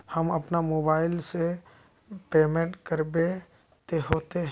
हम अपना मोबाईल से पेमेंट करबे ते होते?